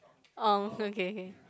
um okay okay